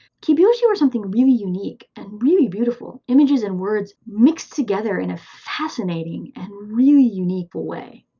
kibyoushi were something really unique and really beautiful. images and words mixed together in a fascinating and really unique way.